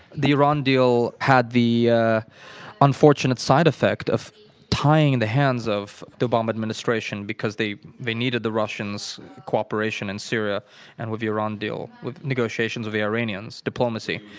the iran deal had the ah unfortunate side effect of tying and the hands of the obama administration, because they they needed the russians' cooperation in syria and with iran deal with negotiations with the iranians, diplomacy.